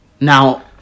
Now